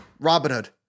Robinhood